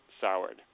soured